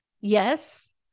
Yes